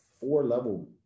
four-level